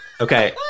Okay